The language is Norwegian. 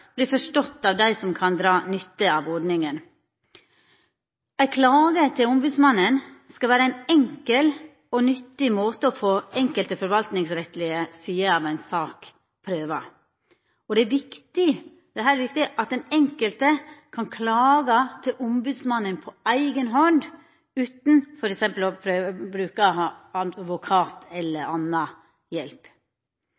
forstått av dei som kan dra nytte av ordninga. Ein klage til ombodsmannen skal vera ein enkel og nyttig måte å få enkelte forvaltningsrettslege sider av ei sak prøvde. Det er her viktig at den enkelte kan klaga til ombodsmannen på eiga hand, utan f.eks. å bruka advokat eller